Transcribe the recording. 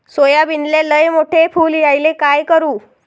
सोयाबीनले लयमोठे फुल यायले काय करू?